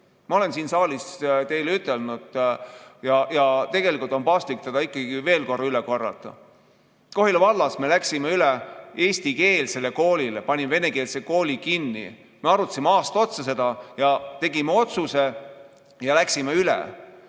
Ma olen siin saalis teile ütelnud ja tegelikult on paslik seda ikkagi veel kord üle korrata. Kohila vallas me läksime üle eestikeelsele koolile. Ma panin venekeelse kooli kinni. Me arutasime aasta otsa seda ja tegime otsuse ja läksime üle.